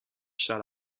shut